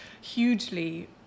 hugely